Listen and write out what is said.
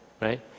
right